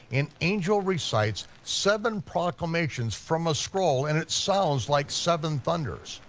an angel recites seven proclamations from a scroll and it sounds like seven thunders.